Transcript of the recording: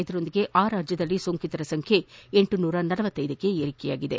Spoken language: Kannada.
ಇದರೊಂದಿಗೆ ಆ ರಾಜ್ಯದಲ್ಲಿ ಸೋಂಕಿತರ ಸಂಖ್ಯೆ ಲಳಳಕ್ಕೆ ಏರಿಕೆಯಗಿದೆ